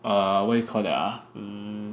err what you call that ah